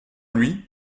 lui